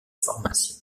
formation